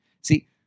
See